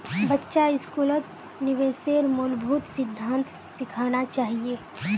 बच्चा स्कूलत निवेशेर मूलभूत सिद्धांत सिखाना चाहिए